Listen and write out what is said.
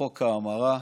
בחוק ההמרה,